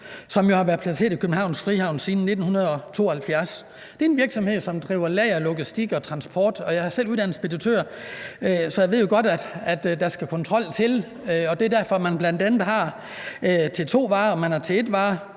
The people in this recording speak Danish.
som har været placeret i Københavns Frihavn siden 1972. Det er en virksomhed, som driver lager, logistik og transport. Jeg er selv uddannet speditør, så jeg ved jo godt, at der skal kontrol til. Det er derfor, at man bl.a. har T2-varer og T1-varer.